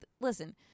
Listen